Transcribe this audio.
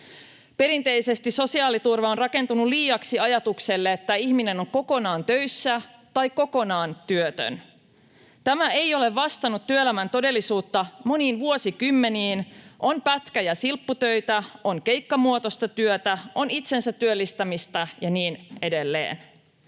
Perinteisesti sosiaaliturva on rakentunut liiaksi ajatukselle, että ihminen on kokonaan töissä tai kokonaan työtön. Tämä ei ole vastannut työelämän todellisuutta moniin vuosikymmeniin: on pätkä- ja silpputöitä, on keikkamuotoista työtä, on itsensä työllistämistä ja niin edelleen.